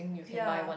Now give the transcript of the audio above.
ya